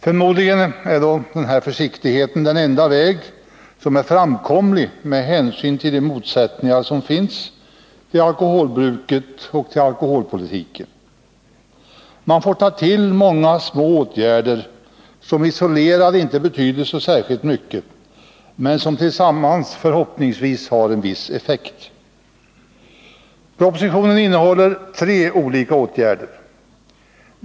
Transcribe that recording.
Förmodligen så är dock en sådan försiktighet det enda som leder till en-framkomlig väg, med hänsyn till de motsättningar som finns i fråga om alkoholbruket och alkoholpolitiken. Man får ta till många små åtgärder, som isolerade inte betyder särskilt mycket men som tillsammans förhoppningsvis har en viss effekt. Propositionen innehåller tre olika åtgärder.